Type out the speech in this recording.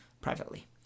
privately